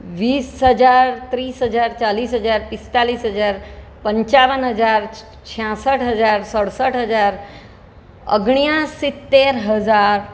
વીસ હજાર ત્રીસ હજાર ચાલીસ હજાર પિસ્તાલીસ હજાર પંચાવન હજાર છાંસઠ હજાર સડસઠ હજાર ઓગણસિત્તેર હજાર